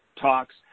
talks